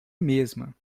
mesma